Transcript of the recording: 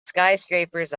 skyscrapers